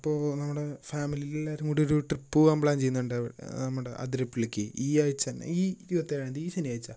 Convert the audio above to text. അപ്പോൾ നമ്മൾ ഫാമിലിയിൽ എല്ലാവരും കൂടി ഒരു ട്രിപ്പ് പോവാൻ പ്ലാൻ ചെയ്യുന്നുണ്ട് നമ്മുടെ അതിരപ്പള്ളിക്ക് ഈ ആഴ്ച തന്നെ ഈ ഇരുപത്തി ഏഴാം തീയ്യതി ഈ ശനിയാഴ്ച